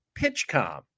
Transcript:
Pitchcom